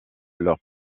leur